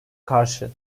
karşı